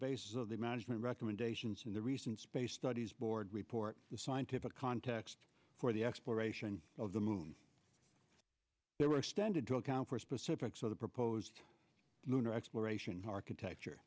basis of the management recommendations in the recent space studies board report the scientific context for the exploration of the moon they were extended to account for specifics of the proposed lunar exploration architecture